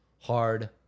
hard